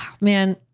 Man